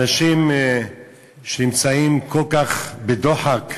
אנשים שנמצאים כל כך בדוחק,